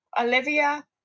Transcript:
Olivia